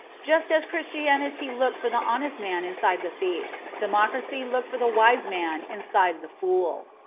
just as christianity looked for the honest man inside the thief, democracy looked for the wise man inside the fool.